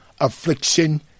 affliction